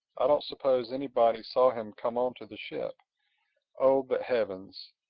i don't suppose anybody saw him come on to the ship oh, but heavens!